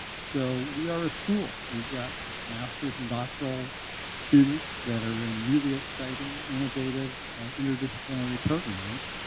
ah so we are a school. we've got master's and doctoral students that are in really exciting, innovative interdisciplinary programs,